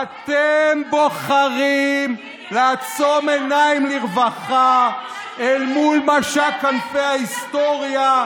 אתם בוחרים לעצום עיניים לרווחה אל מול משק כנפי ההיסטוריה,